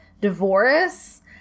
divorce